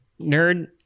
nerd